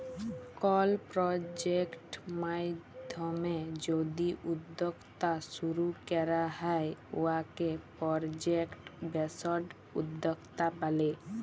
call project মাইধ্যমে যদি উদ্যক্তা শুরু ক্যরা হ্যয় উয়াকে পরজেক্ট বেসড উদ্যক্তা ব্যলে